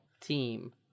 team